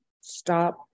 stop